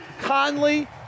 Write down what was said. Conley